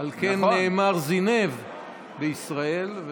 על כן נאמר זינב בישראל.